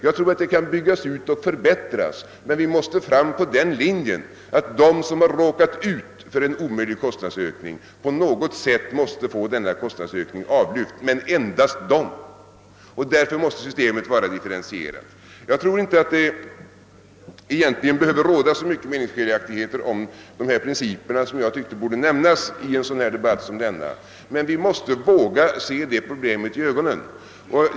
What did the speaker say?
Jag tror att detta system kan byggas ut och förbättras, men vi måste hålla oss till den linjen att de — men endast de — som råkat ut för en orimlig kostnadsökning skall få denna avlyft. Därför måste systemet vara differentierat. Jag tror inte att det egentligen behöver råda så stora meningsskiljaktigheter om principerna, men jag tyckte att de borde nämnas i en debatt som denna. Vi måste våga se problemet i ögonen.